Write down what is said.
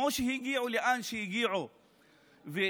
כמו שהן הגיעו לאן שהגיעו בזכות,